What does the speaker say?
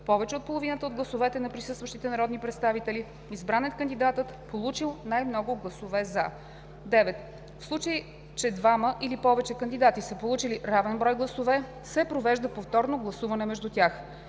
повече от половината от гласовете на присъстващите народни представители, избран е кандидатът, получил най-много гласове „за“. 9. В случай че двама или повече кандидати са получили равен брой гласове, се провежда повторно гласуване между тях.